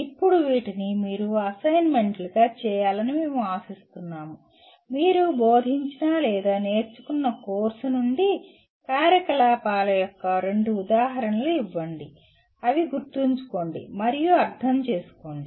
ఇప్పుడు వీటిని మీరు అసైన్మెంట్లుగా చేయాలని మేము ఆశిస్తున్నాము మీరు బోధించిన లేదా నేర్చుకున్న కోర్సు నుండి కార్యకలాపాల యొక్క రెండు ఉదాహరణలు ఇవ్వండి అవి గుర్తుంచుకోండి మరియు అర్థం చేసుకోండి